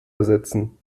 ersetzen